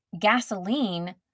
gasoline